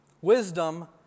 Wisdom